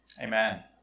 Amen